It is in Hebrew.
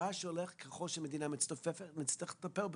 הרעש מתגבר ככל שהמדינה מצטופפת ונצטרך לטפל בזה.